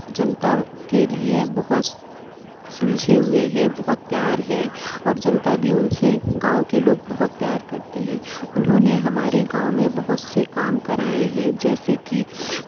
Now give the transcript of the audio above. جنتا کے لیے بہت سلجھے ہوئے ہیں بہت پیار ہے اور جنتا بھی ان سے گاؤں کے لوگ بہت پیار کرتے ہیں انہوں نے ہمارے گاؤں میں بہت سے کام کرائے ہیں جیسے کہ